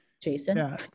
Jason